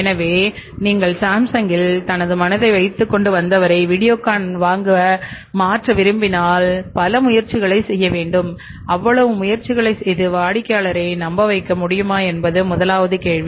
எனவே நீங்கள் சாம்சங்கில் தனது மனதை வைத்து கொண்டு வந்தவரை வீடியோகானாக மாற்ற விரும்பினால் நீங்கள் பல முயற்சிகளைச் செய்ய வேண்டும் அவ்வளவு முயற்சிகளைச் செய்து வாடிக்கையாளரை நம்ப வைக்க முடியுமா என்பது முதலாவது கேள்வி